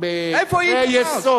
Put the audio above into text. איפה הייתם אז?